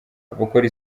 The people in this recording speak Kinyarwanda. abakora